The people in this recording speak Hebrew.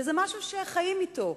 וזה משהו שחיים אתו.